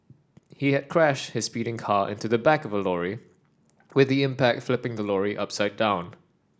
he had crashed his speeding car into the back of a lorry with the impact flipping the lorry upside down